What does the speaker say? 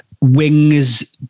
wings